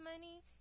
money